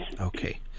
okay